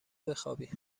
بخوابی